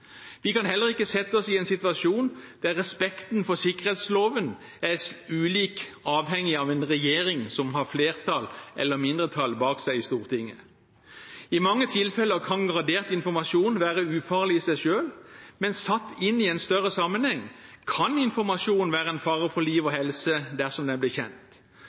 Vi kan heller ikke sette oss i en situasjon der respekten for sikkerhetsloven er ulik, avhengig av om en regjering har flertall eller mindretall bak seg i Stortinget. I mange tilfeller kan gradert informasjon være ufarlig i seg selv, men satt inn i en større sammenheng kan informasjonen være en fare for liv og helse dersom den blir kjent.